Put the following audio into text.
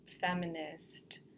feminist